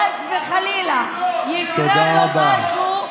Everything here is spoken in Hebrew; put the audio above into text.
אם חס וחלילה יקרה לו משהו,